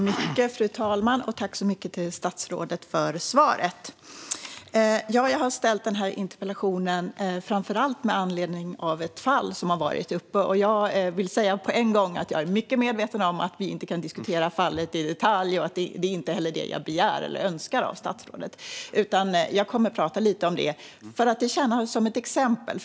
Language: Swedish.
Fru talman! Jag har ställt denna interpellation framför allt med anledning av ett fall som varit uppe. Jag vill säga på en gång att jag är mycket medveten om att vi inte kan diskutera fallet i detalj. Det är inte heller det jag begär eller önskar av statsrådet, utan jag kommer att prata lite om det för att det tjänar som ett exempel.